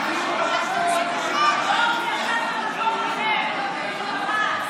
הוא ישב במקום אחר ולחץ.